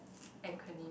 acronym